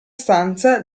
stanza